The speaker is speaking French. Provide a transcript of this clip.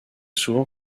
souvent